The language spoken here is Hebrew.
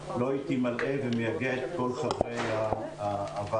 לא הייתי מלאה ומייגע את כל חברי הוועדה